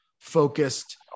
focused